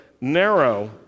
narrow